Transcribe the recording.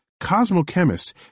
cosmochemists